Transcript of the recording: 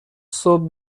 صبح